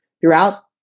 throughout